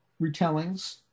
retellings